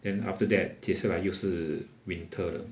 then after that 接下来又是 winter